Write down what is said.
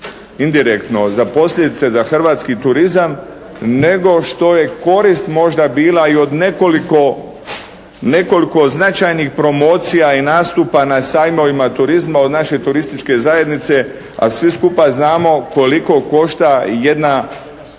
indirektno za posljedice za hrvatski turizam nego što je korist možda bila i od nekoliko značajnih promocija i nastupa na sajmovima turizma od naše turističke zajednice, a svi skupa znamo koliko košta jedna